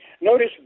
Notice